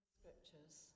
scriptures